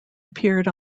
appeared